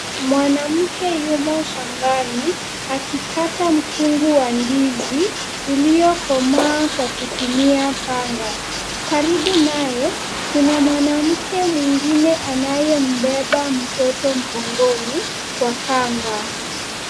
Mwanamke yumo shambani, akikata mkungu wa ndizi, uliokomaa kwa kutumia panga. Karibu naye, kuna mwanamke mwingine anayembeba mtoto mgongoni kwa kanga.